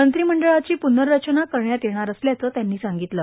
मंत्रीमंडळाची पुनर्रचना करण्यात येणार असल्याचं त्यांनी सांगितलं